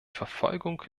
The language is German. verfolgung